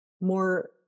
more